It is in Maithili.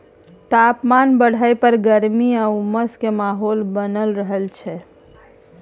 तापमान बढ़य पर गर्मी आ उमस के माहौल बनल रहय छइ